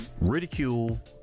ridicule